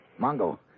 mongo